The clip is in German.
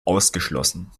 ausgeschlossen